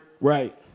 Right